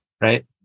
right